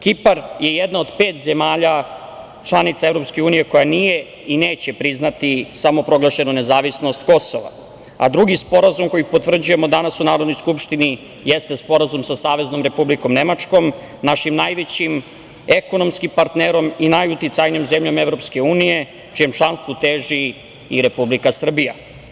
Kipar je jedna od pet zemalja članica EU koja nije i neće priznati samoproglašenu nezavisnost Kosova, a drugi sporazum koji potvrđujemo danas u Narodnoj skupštini jeste sporazum sa Saveznom Republikom Nemačkom, našim najvećim ekonomskim partnerom i najuticajnijom zemljom EU, čijem članstvu teži i Republika Srbija.